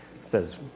says